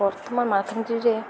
ବର୍ତ୍ତମାନ ରେ